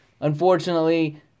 unfortunately